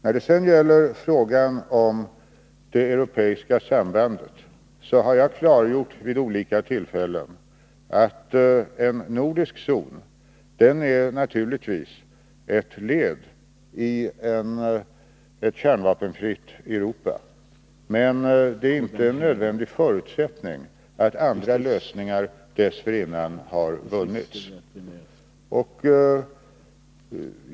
När det gäller frågan om det europeiska sambandet har jag vid olika tillfällen klargjort att upprättandet av en nordisk zon naturligtvis är ett led i skapandet av ett kärnvapenfritt Europa men att det inte är en nödvändig förutsättning att andra lösningar dessförinnan har vunnits.